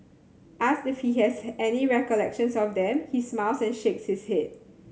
asked if he has any recollections of them he smiles and shakes his head